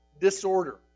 disorder